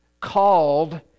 called